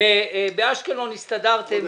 באשקלון הסתדרתם,